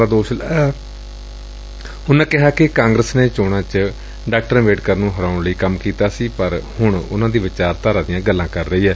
ਉਨੂਾ ਕਿਹਾ ਕਿ ਕਾਂਗਰਸ ਨੇ ਚੋਣਾਂ ਚ ਡਾ ਅੰਬੇਡਕਰ ਨੂੰ ਹਰਾਉਣ ਲਈ ਕੰਮ ਕੀਤਾ ਸੀ ਪਰ ਹੁਣ ਉਨੂਾਂ ਦੀ ਵਿਚਾਰਧਾਰਾ ਦੀਆ ਗੱਲਾ ਕਰ ਰਹੀ ਏ